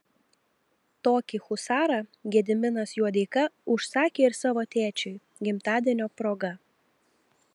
tokį husarą gediminas juodeika užsakė ir savo tėčiui gimtadienio proga